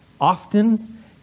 often